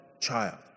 child